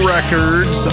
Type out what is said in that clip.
Records